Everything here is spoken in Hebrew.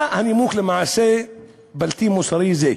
מה הנימוק למעשה בלתי מוסרי זה,